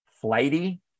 Flighty